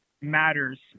matters